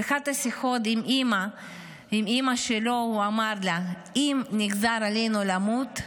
באחת השיחות עם אימא שלו הוא אמר לה: אם נגזר עלינו למות,